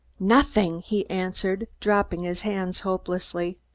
nothing! he answered, dropping his hands hopelessly.